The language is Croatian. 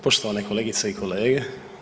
Poštovane kolegice i kolege.